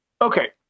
Okay